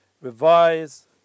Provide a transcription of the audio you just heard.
revise